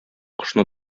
кошны